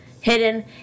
hidden